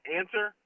answer